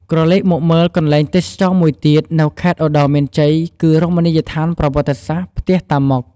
ក្រឡេកមកមើលកន្លែងទេសចរមួយទៀតនៅខេត្តឧត្តរមានជ័យគឺ រមនីយដ្ឋានប្រវត្តិសាស្ត្រ ផ្ទះតាម៉ុក។